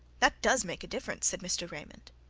that does make a difference, said mr. raymond.